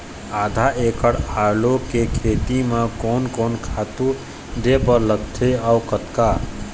आधा एकड़ आलू के खेती म कोन कोन खातू दे बर लगथे अऊ कतका?